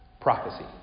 prophecy